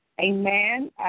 Amen